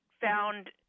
found